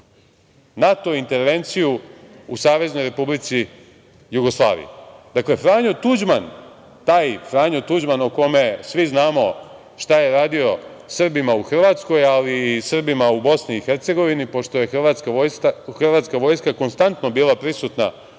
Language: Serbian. NATO intervenciju u Saveznoj Republici Jugoslavije. Dakle, Franjo Tuđman, taj Franjo Tuđman o kome svi znamo šta je radio Srbima u Hrvatskoj, ali i Srbima u BiH pošto je hrvatska vojska konstantno bila prisutna